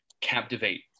captivate